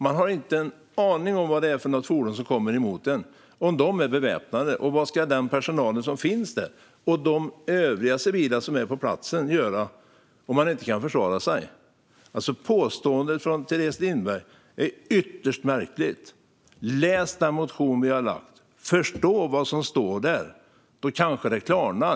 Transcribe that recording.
Man har ingen aning om vad det är för ett fordon som kommer emot en, om personerna i fordonet är beväpnade och vad personalen och de övriga civila på platsen ska göra om de inte kan försvara sig. Påståendet från Teres Lindberg är ytterst märkligt. Läs vår motion och förstå vad som står där! Då kanske det klarnar.